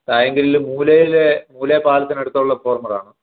തായിങ്കരിയിലെ മൂലെയിലെ മൂലെ പാലത്തിനടുത്തുള്ള ഫോർമർ ആണ്